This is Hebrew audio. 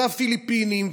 הפיליפינים,